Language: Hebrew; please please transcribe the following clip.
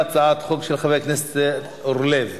חבר הכנסת אייכלר, יעקב כץ, חבר הכנסת בן-ארי.